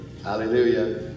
Hallelujah